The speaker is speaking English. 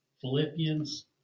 Philippians